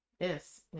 Yes